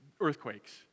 earthquakes